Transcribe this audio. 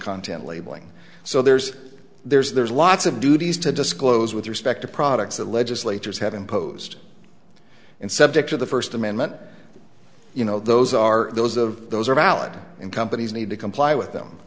content labeling so there's there's there's lots of duties to disclose with respect to products that legislatures have imposed and subject of the first amendment you know those are those of those are valid and companies need to comply with them